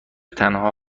تنها